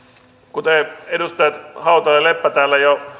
kuten edustajat hautala ja leppä täällä jo